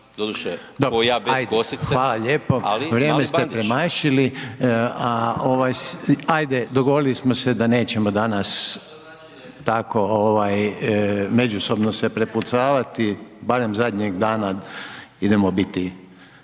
Željko (HDZ)** Dobro, ajde hvala lijepo, vrijeme ste premašili, a ovaj ajde dogovorili smo se da nećemo danas tako ovaj međusobno se prepucavati barem zadnjeg dana idemo biti